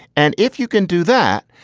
and if you can do that,